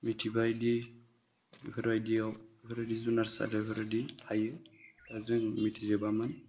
मिथिबायदि बेफोरबायदियाव बेफोरबायदि जुनारसालियाव बेफोरबायदि थायो दा जों मिथिजोबामोन